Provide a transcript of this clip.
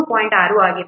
6 ಆಗಿದೆ